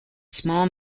small